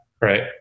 right